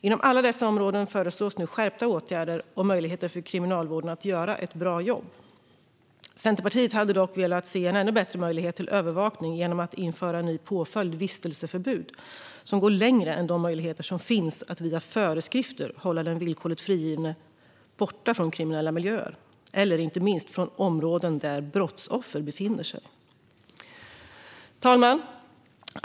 På alla dessa områden föreslås nu skärpta åtgärder och möjligheter för kriminalvården att göra ett bra jobb. Centerpartiet hade dock velat se en ännu bättre möjlighet till övervakning genom en ny påföljd, vistelseförbud, som går längre än de möjligheter som finns att via föreskrifter hålla den villkorligt frigivne borta från kriminella miljöer eller, inte minst, från områden där brottsoffer befinner sig. Herr talman!